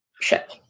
ship